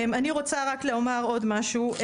שנייה, אני רוצה רק לומר עוד משהו.